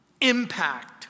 impact